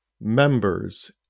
members